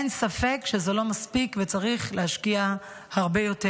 אין ספק שזה לא מספיק, וצריך להשקיע הרבה יותר.